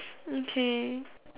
okay